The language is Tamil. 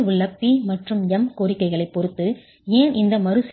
சுவரில் உள்ள P மற்றும் M கோரிக்கைகளைப் பொறுத்து ஏன் இந்த மறு செய்கைகளைச் செய்கிறீர்கள்